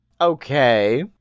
Okay